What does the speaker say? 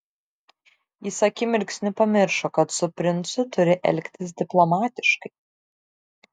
jis akimirksniu pamiršo kad su princu turi elgtis diplomatiškai